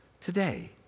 today